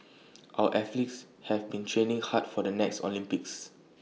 our athletes have been training hard for the next Olympics